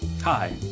Hi